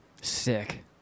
Sick